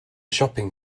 shopping